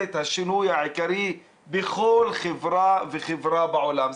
את השינוי העיקרי בכל חברה וחברה בעולם.